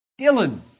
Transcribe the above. Dylan